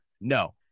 No